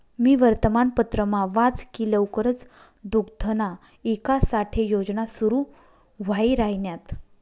मी वर्तमानपत्रमा वाच की लवकरच दुग्धना ईकास साठे योजना सुरू व्हाई राहिन्यात